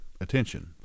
attention